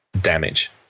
damage